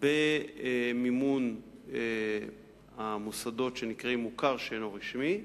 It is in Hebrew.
במימון המוסדות שנקראים מוכר שאינו רשמי,